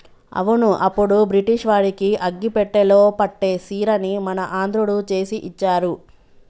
అవును అప్పుడు బ్రిటిష్ వాడికి అగ్గిపెట్టెలో పట్టే సీరని మన ఆంధ్రుడు చేసి ఇచ్చారు